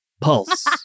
pulse